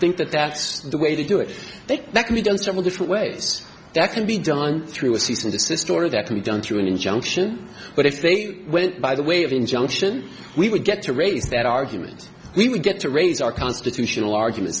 think that that's the way to do it that can be done several different ways that can be done through a cease and desist order that can be done through an injunction but if they went by the way of injunction we would get to raise that argument we would get to raise our constitutional argument